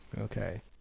okay